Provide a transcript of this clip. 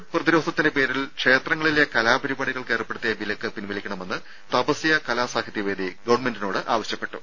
രംഭ covid പ്രതിരോധത്തിന്റെ പേരിൽ ക്ഷേത്രങ്ങളിലെ കലാ പരിപാടികൾക്ക് ഏർപ്പെടുത്തിയ വിലക്ക് പിൻവലിക്കണമെന്ന് തപസ്യ കലാസാഹിത്യവേദി ഗവൺമെന്റിനോട് ആവശ്യപ്പെട്ടു